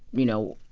you know,